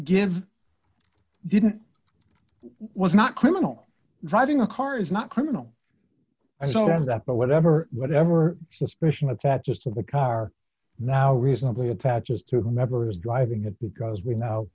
give didn't was not criminal driving a car is not criminal i saw them that but whatever whatever suspicion attaches to the car now reasonably attaches to whomever was driving it because we know